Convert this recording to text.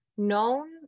known